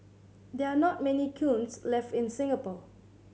there are not many kilns left in Singapore